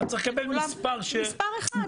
מספר אחד.